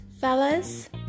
Fellas